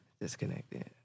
Disconnected